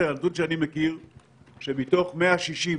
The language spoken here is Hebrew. הכתובת שבה הוא אמור לשהות